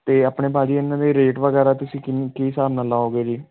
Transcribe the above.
ਅਤੇ ਆਪਣੇ ਭਾਅ ਜੀ ਇਨ੍ਹਾਂ ਦੇ ਰੇਟ ਵਗੈਰਾ ਤੁਸੀਂ ਕਿਨ ਕੀ ਹਿਸਾਬ ਨਾਲ ਲਾਓਗੇ ਜੀ